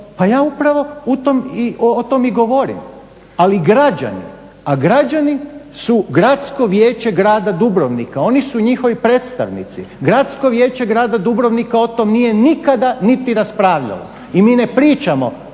pa ja upravo o tome i govorim. Ali građani, a građani su Gradsko vijeće grada Dubrovnika, oni su njihovi predstavnici, Gradsko vijeće grada Dubrovnika o tome nije nikada niti raspravljalo. I mi ne pričamo